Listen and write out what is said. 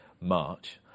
March